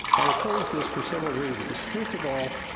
i oppose this for several reasons. first of all,